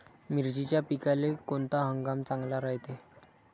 मिर्चीच्या पिकाले कोनता हंगाम चांगला रायते?